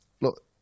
look